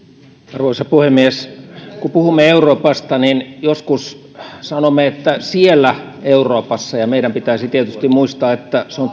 arvoisa puhemies kun puhumme euroopasta niin joskus sanomme että siellä euroopassa ja meidän pitäisi tietysti muistaa että se on